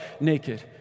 naked